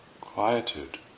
quietude